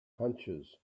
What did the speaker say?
hunches